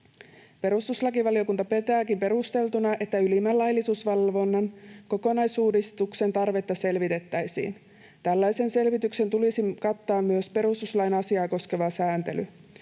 Perustuslakivaliokunta pitääkin perusteltuna, että ylimmän laillisuusvalvonnan kokonaisuudistuksen tarvetta selvitettäisiin. Tällaisen selvityksen tulisi kattaa myös perustuslain asiaa koskeva sääntely.